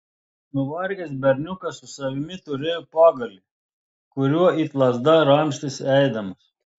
nuvargęs berniukas su savimi turėjo pagalį kuriuo it lazda ramstėsi eidamas